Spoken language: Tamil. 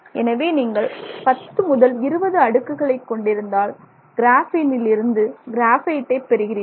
எனவே நீங்கள் 10 முதல் 20 அடுக்குகளை கொண்டிருந்தால் கிராஃபீனிலிருந்து கிராபைட்டை பெறுகிறீர்கள்